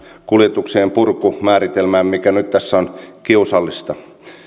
kuljetuksien purkumääritelmään mikä nyt tässä on kiusallista